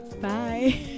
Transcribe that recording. Bye